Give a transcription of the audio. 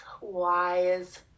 wise